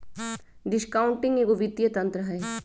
discounting एगो वित्तीय तंत्र हइ